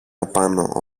απάνω